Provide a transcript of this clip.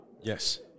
Yes